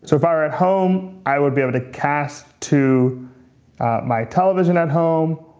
so if i were at home, i would be able to cast to my television at home.